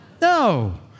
No